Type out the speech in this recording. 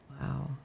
Wow